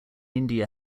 india